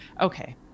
okay